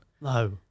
No